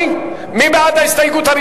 תקציב נציבות כבאות),